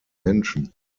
menschen